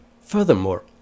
Furthermore